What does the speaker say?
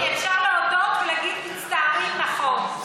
אפשר להודות ולהגיד: מצטערים, נכון.